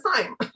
time